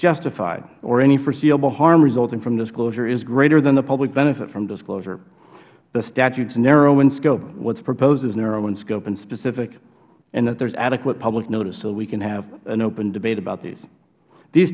justified or any foreseeable harm results from disclosure is greater than the public benefit from disclosure and if the statute is narrow in scope what is proposed is narrow in scope and specific and that there is adequate public notice so we can have an open debate about them these